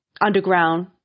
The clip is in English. underground